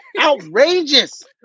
Outrageous